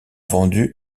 vendu